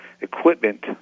Equipment